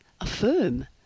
affirm